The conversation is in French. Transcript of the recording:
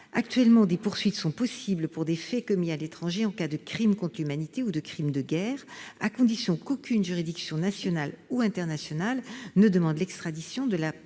Actuellement, des poursuites sont possibles pour des faits commis à l'étranger en cas de crime contre humanité ou de crime de guerre, à condition qu'aucune juridiction nationale ou internationale ne demande l'extradition de la